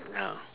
ya